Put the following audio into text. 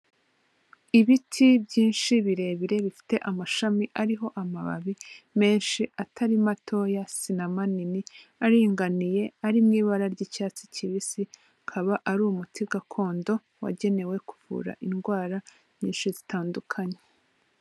Ibiti byinshi birebire bifite amashami ariho amababi menshi atari matoya sina manini aringaniye ari mu ibara ry'icyatsi kibisi, akaba ari umuti gakondo wagenewe kuvura indwara nyinshi zitandukanye.